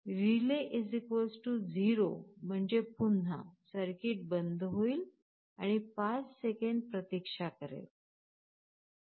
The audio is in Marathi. रिले 0 म्हणजे पुन्हा सर्किट बंद होईल आणि 5 सेकंद प्रतीक्षा करेल